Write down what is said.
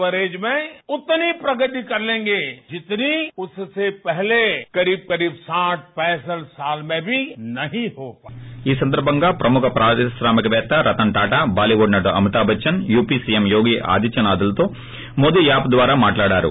byte ప్రధాని ఈ సందర్భంగా ప్రముఖ పారిశ్రామికపేత్త రతన్ టాటా బాలీవుడ్ నటుడు అమితాబ్ బచ్చన్ యూపీ సీఎం యోగి ఆదిత్యనాథ్తో మోదీ యాప్ ద్వారా మాట్లాడారు